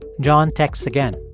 john texts again.